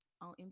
on